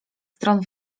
stron